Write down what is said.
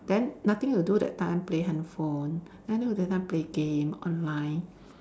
then nothing to do that time play handphone nothing to do that time play game online